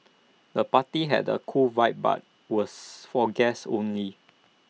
the party had A cool vibe but was for guests only